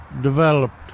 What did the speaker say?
developed